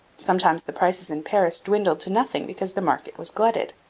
sometimes the prices in paris dwindled to nothing because the market was glutted.